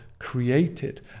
created